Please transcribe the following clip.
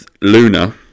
Luna